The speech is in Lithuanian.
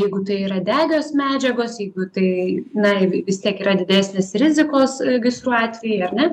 jeigu tai yra degios medžiagos jeigu tai na vis tiek yra didesnis rizikos gaisrų atvejai ar ne